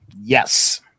Yes